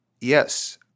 yes